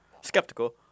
Skeptical